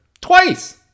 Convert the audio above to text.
twice